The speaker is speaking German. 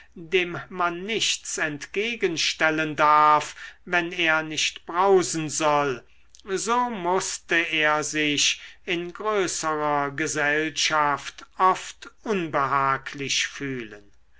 dem man nichts entgegenstellen darf wenn er nicht brausen soll so mußte er sich in größerer gesellschaft oft unbehaglich fühlen